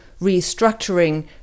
restructuring